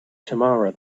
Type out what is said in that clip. tamara